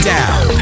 Down